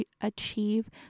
achieve